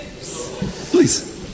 Please